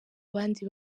abandi